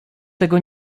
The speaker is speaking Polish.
tego